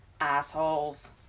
Assholes